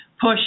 push